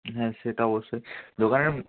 হ্যাঁ সেটা অবশ্যই দোকানের